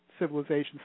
Civilizations